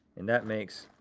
and that makes,